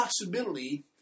possibility